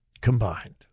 combined